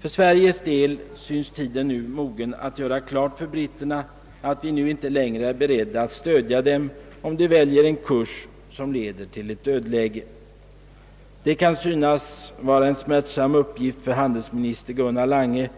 För Sveriges del syns tiden nu mogen att göra klart för britterna att vi nu inte längre är beredda att stödja dem om de väljer en kurs, som leder till ett dödläge. Det kan synas vara en smärtsam uppgift för handelsminister Gunnar Lange